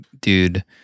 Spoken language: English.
dude